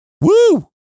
Woo